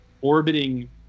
orbiting